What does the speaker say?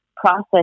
Process